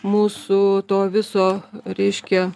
mūsų to viso reiškia